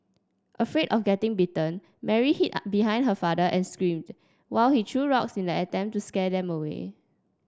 afraid of getting bitten Mary hid are behind her father and screamed while he threw rocks in an attempt to scare them away